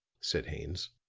said haines.